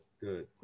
good